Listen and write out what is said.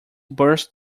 burst